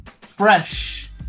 Fresh